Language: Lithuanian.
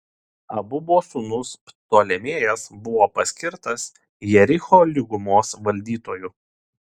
abubo sūnus ptolemėjas buvo paskirtas jericho lygumos valdytoju